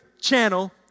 channel